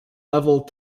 level